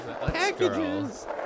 packages